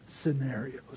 scenarios